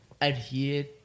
adhere